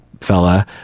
fella